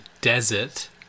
desert